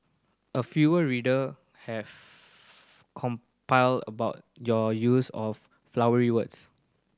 a fewer reader have compile about your use of flowery words